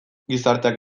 gizarteak